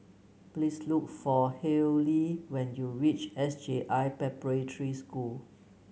please look for Hayley when you reach S J I Preparatory School